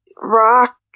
rock